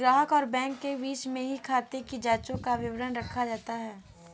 ग्राहक और बैंक के बीच में ही खाते की जांचों का विवरण रखा जाता है